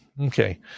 Okay